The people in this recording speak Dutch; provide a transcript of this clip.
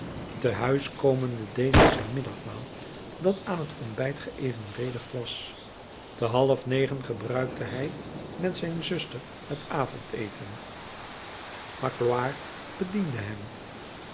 te huis komende deed hij zijn middagmaal dat aan het ontbijt geëvenredigd was te half negen gebruikte hij met zijn zuster het avondeten magloire bediende hen